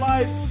Life